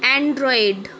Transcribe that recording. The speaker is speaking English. android